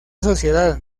sociedad